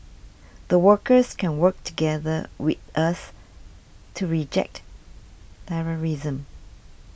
the workers can work together with us to reject terrorism